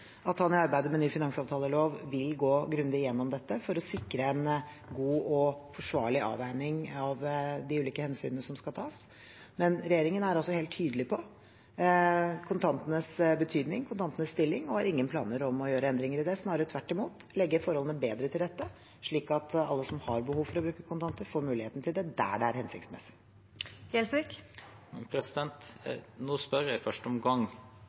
at han i arbeidet med ny finansavtalelov vil gå grundig igjennom dette, for å sikre en god og forsvarlig avveining av de ulike hensynene som skal tas. Men regjeringen er helt tydelig på kontantenes betydning, kontantenes stilling, og har ingen planer om å gjøre endringer i det, snarere tvert imot vil vi legge forholdene bedre til rette, slik at alle som har behov for å bruke kontanter, får muligheten til det, der det er hensiktsmessig. Nå spør jeg i første omgang